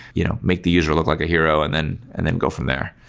you know make the user look like a hero and then and then go from there.